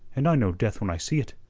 and i know death when i see it.